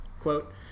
quote